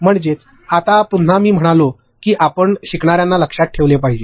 म्हणजेच आता पुन्हा मी म्हणालो की आपण शिकणाऱ्यांना लक्षात ठेवले पाहिजे